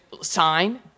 sign